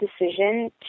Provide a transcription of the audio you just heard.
decision